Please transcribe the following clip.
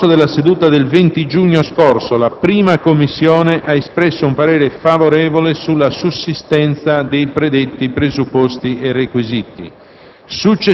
Nel corso della seduta del 20 giugno scorso la 1a Commissione ha espresso un parere favorevole sulla sussistenza dei predetti presupposti e requisiti.